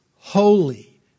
holy